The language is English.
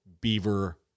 beaver